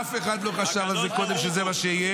אף אחד לא חשב על זה קודם, שזה מה שיהיה.